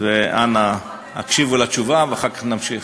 אנא הקשיבו לתשובה ואחר כך נמשיך.